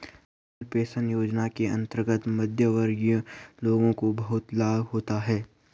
अटल pension Yojana के अंतर्गत मध्यमवर्गीय लोगों को बहुत लाभ होता है